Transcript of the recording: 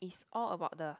is all about the